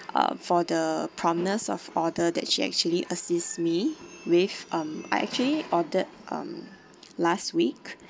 uh for the promptness of order that she actually assist me with um I actually ordered um last week